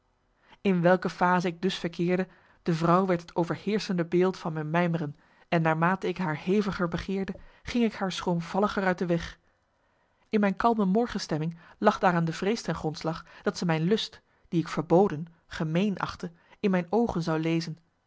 in welke phase ik dus verkeerde de vrouw werd het overheerschende beeld van mijn mijmeren en naarmate ik haar heviger begeerde ging ik haar schroomvalliger uit de weg in mijn kalme morgenstemming lag daaraan de vrees ten grondslag dat ze mijn lust die ik verboden gemeen achtte in mijn oogen zou lezen